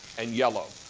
and yellow.